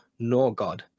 Norgod